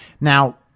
Now